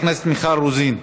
חברת הכנסת מיכל רוזין,